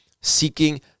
seeking